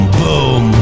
boom